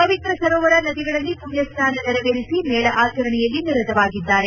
ಪವಿತ್ರ ಸರೋವರ ನದಿಗಳಲ್ಲಿ ಮಣ್ಯ ಸ್ನಾನ ನೆರವೇರಿಸಿ ಮೇಳ ಆಚರಣೆಯಲ್ಲಿ ನಿರತವಾಗಿದ್ದಾರೆ